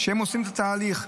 הם עושים את התהליך.